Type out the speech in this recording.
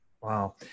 Wow